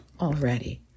already